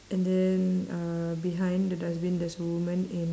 and then uh behind the dustbin there's a woman in